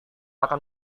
akan